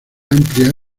amplia